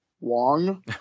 Wong